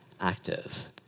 active